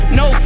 no